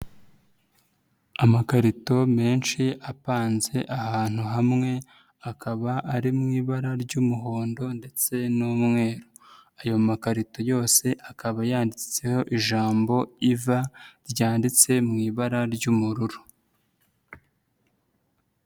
Amakarito menshi apanze ahantu hamwe akaba ari mu ibara ry'umuhondo ndetse n'umweru, ayo makarito yose akaba yanditseho ijambo iva ryanditse mu ibara ry'ubururu.